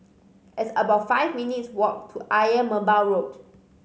it's about five minutes' walk to Ayer Merbau Road